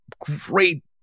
great